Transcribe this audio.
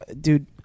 dude